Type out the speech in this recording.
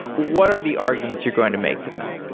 what are the arguments you're going to make to them?